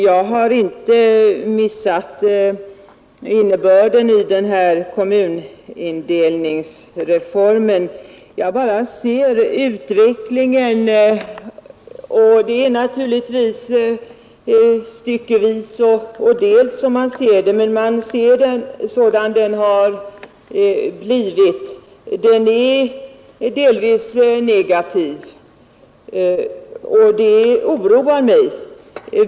Jag har inte missat innebörden i den här kommunindelningsreformen; jag bara ser utvecklingen. Det är naturligtvis styckevis och delt man ser, men reformens verkningar är delvis negativa, och det oroar mig.